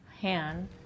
hand